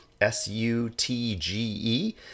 S-U-T-G-E